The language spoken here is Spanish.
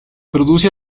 produce